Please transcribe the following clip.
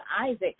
Isaac